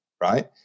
Right